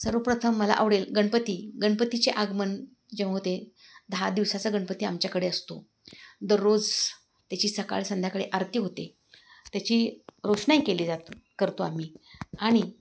सर्वप्रथम मला आवडेल गणपती गणपतीचे आगमन जेव्हा होते दहा दिवसाचा गणपती आमच्याकडे असतो दररोज त्याची सकाळ संध्याकाळी आरती होते त्याची रोषणाई केली जात करतो आम्ही आणि